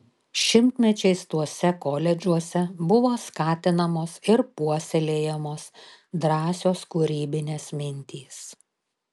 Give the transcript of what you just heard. šimtmečiais tuose koledžuose buvo skatinamos ir puoselėjamos drąsios kūrybinės mintys